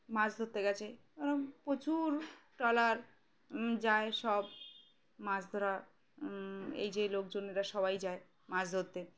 মাছ ধরতে গেছে প্রচুর ট্রলার যায় সব মাছ ধরা এই যে লোকজন এরা সবাই যায় মাছ ধরতে